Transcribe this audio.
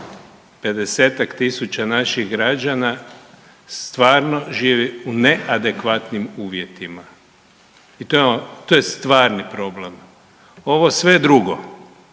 tisuća naših građana stvarno živi u neadekvatnim uvjetima. I to je stvarni problem. Ovo sve drugo